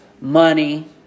money